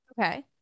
Okay